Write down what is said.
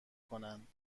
کنند